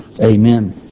Amen